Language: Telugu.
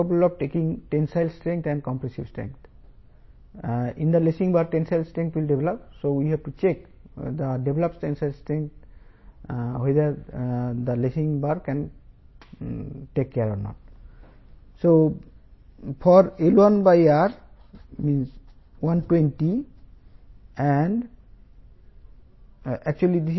ఫ్లాట్ యొక్క టెన్సైల్ స్ట్రెంగ్త్ అనేది ఈ క్రింది వాటిలో తక్కువగా ఉంటుంది క్లాజ్